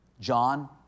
John